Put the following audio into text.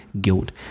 guilt